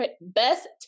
best